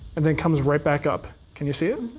and then comes right back up. can you see it?